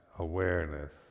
awareness